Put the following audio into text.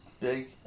Big